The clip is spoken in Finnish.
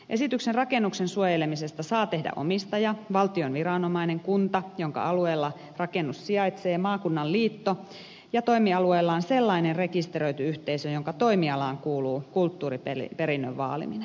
esityksen rakennuksen suojelemisesta saa tehdä omistaja valtion viranomainen kunta jonka alueella rakennus sijaitsee maakunnan liitto ja toimialueellaan sellainen rekisteröity yhteisö jonka toimialaan kuuluu kulttuuriperinnön vaaliminen